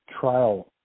trial